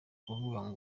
kuvuga